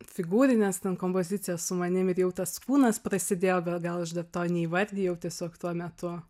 figūrines kompozicijas su manim ir jau tas kūnas prasidėjo bet gal aš dar to neįvardijau tiesiog tuo metu